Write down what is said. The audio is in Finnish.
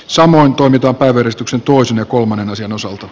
samoin toimita päivystyksen tuo sinä kolmonen asian osalta